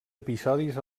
episodis